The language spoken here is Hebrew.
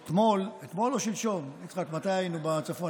אתמול, אתמול או שלשום, יצחק, מתי היינו בצפון?